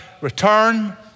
return